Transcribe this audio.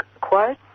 quote